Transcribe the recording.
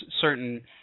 certain